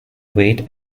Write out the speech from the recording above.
wait